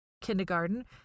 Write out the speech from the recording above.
kindergarten